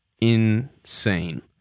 insane